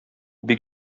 бик